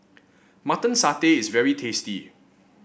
Mutton Satay is very tasty